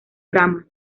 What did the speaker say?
tramas